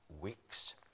weeks